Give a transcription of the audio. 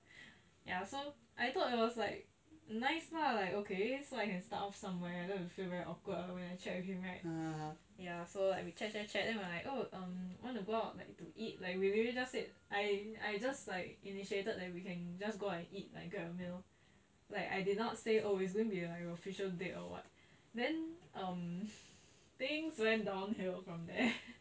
ya so I thought that was like nice lah like okay so I can start off somewhere then don't need to feel very awkward when I chat with him right ya so like we chat chat chat then we like oh um wanna go out like to eat like we really just say I I just like initiated that we can just go and eat like grab a meal like I did not say oh it's going to be an official date or what then um things went downhill from there